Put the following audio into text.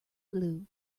blew